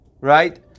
right